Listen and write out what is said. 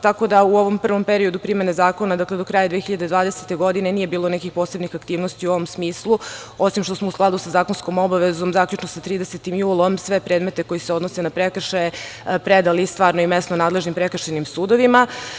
Tako da, u ovom prvom periodu primene Zakona, dakle do kraja 2020. godine, nije bilo nekih posebnih aktivnosti u ovom smislu, osim što smo u skladu sa zakonskom obavezom, zaključno sa 30. julom sve predmete, koje se odnose na prekršaje, predali stvarnim i mesnim nadležnim prekršajnim sudovima.